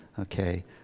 okay